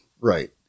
right